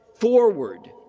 Forward